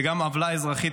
וגם עוולה אזרחית,